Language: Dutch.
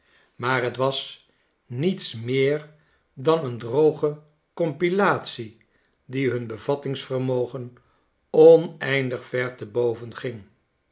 maar t was niets meer dan een droge compilatie die hun bevattingsvermogen oneindig ver te boven ging